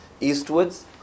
eastwards